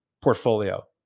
portfolio